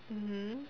mmhmm